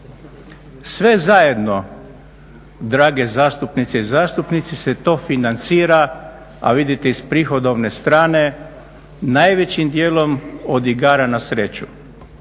Sve zajedno, drage zastupnice i zastupnici se to financira a vidite iz prihodovne strane najvećim dijelom od igara na sreću.